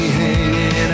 hanging